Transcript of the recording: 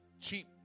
cheap